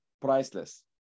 priceless